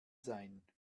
sein